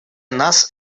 нас